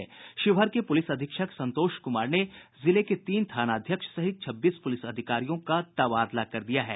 शिवहर के पुलिस अधीक्षक संतोष कुमार ने जिले के तीन थानाध्यक्ष सहित छब्बीस पुलिस अधिकारियों का तबादला कर दिया है